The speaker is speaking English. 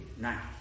now